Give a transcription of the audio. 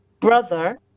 brother